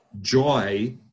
joy